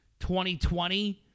2020